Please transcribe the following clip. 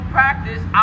practice